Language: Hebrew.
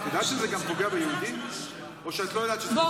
שזה גם פוגע ביהודים או שאת לא יודעת שזה פוגע ביהודים?